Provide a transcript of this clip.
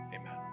Amen